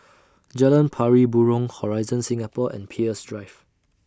Jalan Pari Burong Horizon Singapore and Peirce Drive